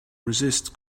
resist